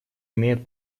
имеет